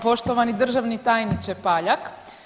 Poštovani državni tajniče Paljak.